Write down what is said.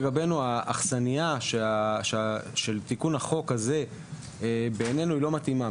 לגבינו האכסניה של תיקון החוק הזה בעינינו היא לא מתאימה.